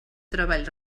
treball